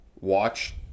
watch